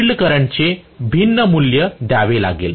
field करंटचे भिन्न मूल्य दयावे लागेल